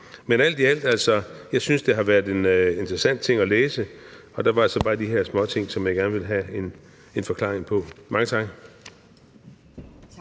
Men alt i alt synes jeg, det har været en interessant ting at læse, og der var så bare de her småting, som jeg gerne vil have en forklaring på. Mange tak. Kl.